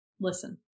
listen